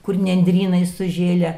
kur nendrynai sužėlę